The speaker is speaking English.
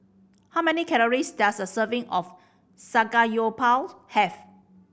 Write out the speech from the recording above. how many calories does a serving of Samgeyopsals have